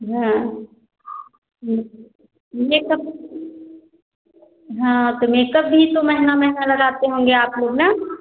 makeup हाँ तो makeup भी तो महँगा महँगा लगाते होंगे आप लोग न